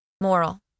Moral